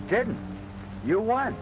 did you want